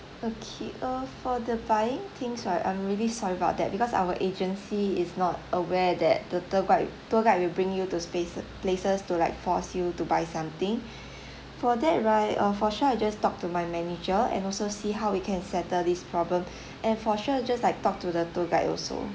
okay uh for the buying things right I'm really sorry about that because our agency is not aware that the tour guide tour guide will bring you to space places to like force you to buy something for that right uh for sure I just talk to my manager and also see how we can settle this problem and for sure just like talk to the tour guide also